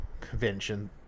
convention